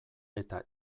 eta